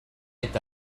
est